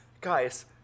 guys